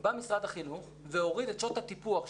בא משרד החינוך והוריד את שעות הטיפוח,